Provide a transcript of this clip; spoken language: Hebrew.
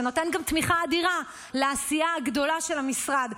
שנותן תמיכה אדירה לעשייה הגדולה של המשרד,